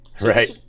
Right